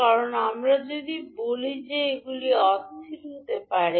কারণ আমরা যদি বলি যে এগুলি অস্থির হতে পারে